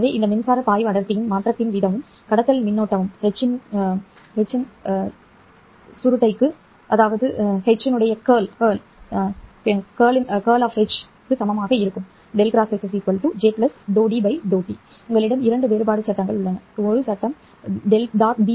எனவே இந்த மின்சார பாய்வு அடர்த்தியின் மாற்றத்தின் வீதமும் கடத்தல் மின்னோட்டமும் H இன் சுருட்டைக்கு சமமாக இருக்கும் உங்களிடம் இரண்டு வேறுபாடு சட்டங்கள் உள்ளன ஒரு சட்டம் வி